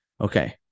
Okay